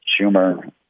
Schumer